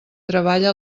treballa